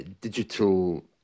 digital